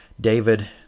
David